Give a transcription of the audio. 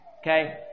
Okay